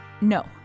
No